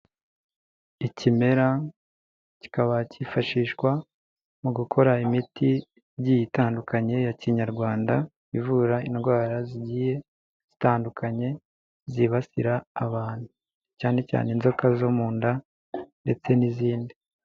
Ikimera kikaba cyifashishwa mu gukora imiti igiye itandukanye ya kinyarwanda, ivura indwara zigiye zitandukanye zibasira abantu cyane cyane inzoka zo mu nda ndetse n'izindi.